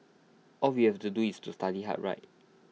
all we have to do is to study hard right